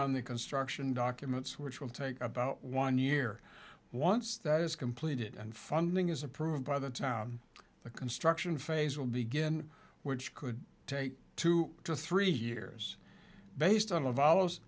on the construction documents which will take about one year once that is completed and funding is approved by the town the construction phase will begin words could take two to three years based on o